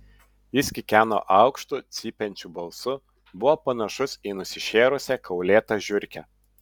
jis kikeno aukštu cypiančiu balsu buvo panašus į nusišėrusią kaulėtą žiurkę